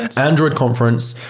android conference.